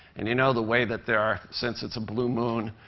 and you know the way that there are since it's a blue moon,